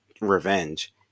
revenge